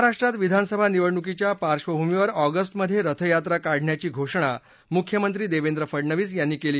महाराष्ट्रात विधानसभा निवडणुकीच्या पार्क्षभूमीवर ऑगस्टमधे रथयात्रा काढण्याची घोषणा मुख्यमंत्री देवेंद्र फडणवीस यांनी केली